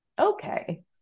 Okay